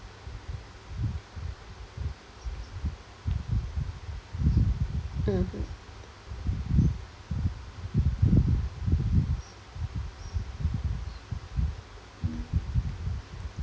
mmhmm